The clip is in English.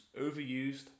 overused